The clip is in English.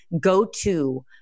go-to